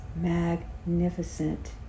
magnificent